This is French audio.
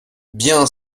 bien